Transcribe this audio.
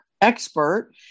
expert